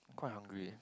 quite hungry